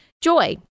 joy